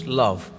love